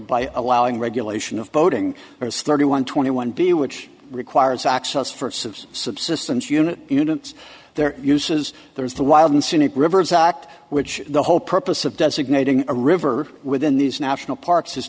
by allowing regulation of voting there is thirty one twenty one b which requires access for civs subsistence unit units there uses there's the wild and scenic rivers act which the whole purpose of designating a river within these national parks is